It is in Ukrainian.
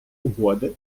угоди